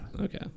Okay